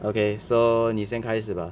okay so 你先开始 bah